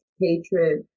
hatred